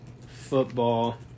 football